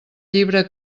llibre